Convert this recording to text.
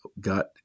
got